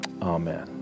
Amen